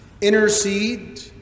Intercede